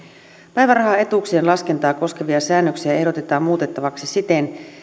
päivärahaetuuksien laskentaa koskevia säännöksiä ehdotetaan muutettavaksi siten